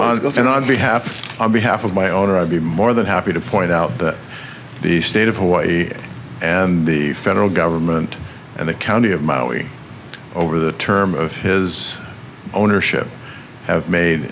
going on behalf of our behalf of my own or i'd be more than happy to point out that the state of hawaii and the federal government and the county of maui over the term of his ownership have made